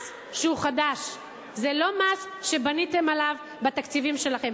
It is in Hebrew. מס שהוא חדש, זה לא מס שבניתם עליו בתקציבים שלכם.